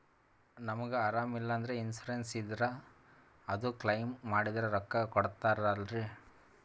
ನಮಗ ಅರಾಮ ಇಲ್ಲಂದ್ರ ಇನ್ಸೂರೆನ್ಸ್ ಇದ್ರ ಅದು ಕ್ಲೈಮ ಮಾಡಿದ್ರ ರೊಕ್ಕ ಕೊಡ್ತಾರಲ್ರಿ?